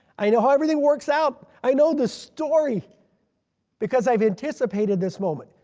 i know how everything works out. i know the story because i've anticipated this moment.